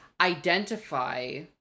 identify